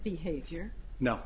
behavior now